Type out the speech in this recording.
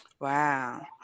Wow